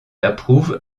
approuve